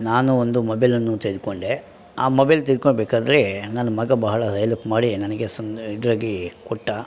ನಾನು ಒಂದು ಮೊಬೈಲನ್ನು ತೆಗೆದುಕೊಂಡೆ ಆ ಮೊಬೈಲ್ ತೆಗೆದುಕೊಬೇಕಾದ್ರೆ ನನ್ನ ಮಗ ಬಹಳ ಹೆಲ್ಪ್ ಮಾಡಿ ನನಗೆ ಸುಮ್ಮನೆ ಇದಾಗಿ ಕೊಟ್ಟ